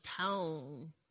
tone